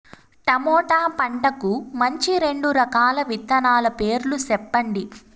tomato పంటకు మంచి రెండు రకాల విత్తనాల పేర్లు సెప్పండి